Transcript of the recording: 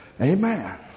Amen